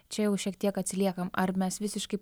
čia jau šiek tiek atsiliekam ar mes visiškai